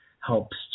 helps